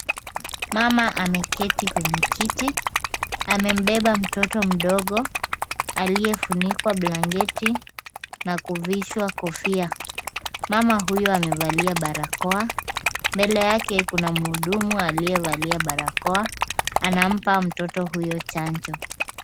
Mama ameketi kwenye kiti. Amembeba mtoto mdogo aliyefunikwa blanketi na kuvishwa kofia. Mama huyo amevalia barakoa. Mbele yake kuna mhudumu aliyevalia barakoa anampa mtoto huyo chanjo.